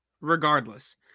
Regardless